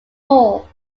all